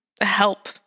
help